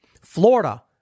Florida